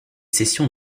sessions